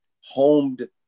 homed